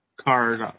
card